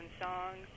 songs